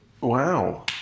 Wow